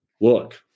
look